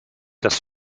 das